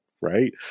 right